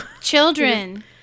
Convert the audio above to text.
Children